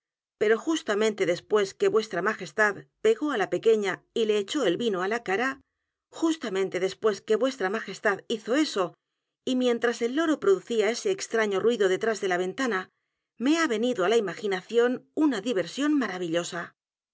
pero justamente después que vuestra majestad pegó á la pequeña y le echó el vino á la cara justamente después que vuestra majestad hizo eso y mientras el loro producía ese extraño ruido detrás de la ventana me ha venido á la imaginación una diversión maravillosa